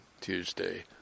Tuesday